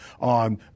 on